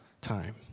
time